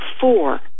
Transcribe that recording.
Four